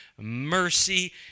mercy